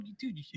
dude